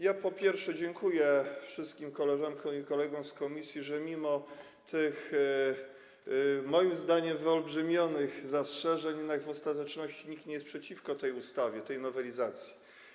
Ja przede wszystkim dziękuję wszystkim koleżankom i kolegom z komisji, że mimo tych moim zdaniem wyolbrzymionych zastrzeżeń jednak w ostateczności nikt nie był przeciwko tej ustawie, tej nowelizacji.